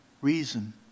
reason